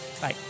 Bye